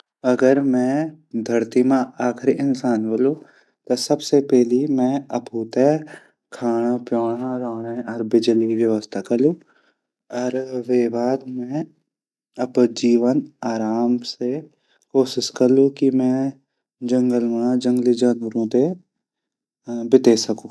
अगर मैं धरती मा आखरी इंसान वोलु ता सबसे पेहली मैं अफु ते खांड-प्यौंडे, रौंडे अर बिजली व्यवस्ता करलु अर वे बाद मैं अप्रु जीवन आराम से कोशिश करलु की मैं जंगल मा जंगली जानवरो दे बिते सकू।